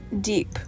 Deep